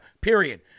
period